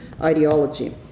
ideology